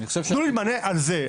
אז תתנו לי מענה על זה,